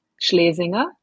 Schlesinger